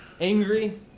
angry